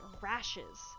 rashes